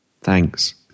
thanks